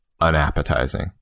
unappetizing